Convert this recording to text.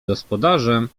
gospodarzem